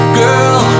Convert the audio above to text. girl